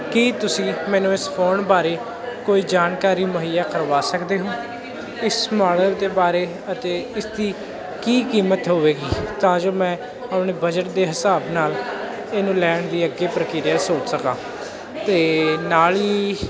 ਕੀ ਤੁਸੀਂ ਮੈਨੂੰ ਇਸ ਫੋਨ ਬਾਰੇ ਕੋਈ ਜਾਣਕਾਰੀ ਮੁਹੱਈਆ ਕਰਵਾ ਸਕਦੇ ਹੋ ਇਸ ਮਾਡਲ ਦੇ ਬਾਰੇ ਅਤੇ ਇਸ ਦੀ ਕੀ ਕੀਮਤ ਹੋਵੇਗੀ ਤਾਂ ਜੋ ਮੈਂ ਆਪਣੇ ਬਜਟ ਦੇ ਹਿਸਾਬ ਨਾਲ ਇਹਨੂੰ ਲੈਣ ਲਈ ਅੱਗੇ ਪ੍ਰਕਿਰਿਆ ਸੋਚ ਸਕਾਂ ਅਤੇ ਨਾਲ ਹੀ